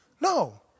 no